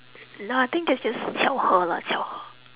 nah I think that's just 巧合 lah 巧合